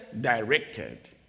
directed